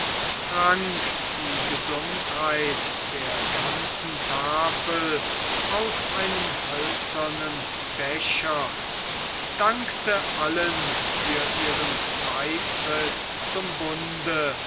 trank die gesundheit der ganzen tafel aus einem hölzernen becher dankte allen für ihren beitritt zum bunde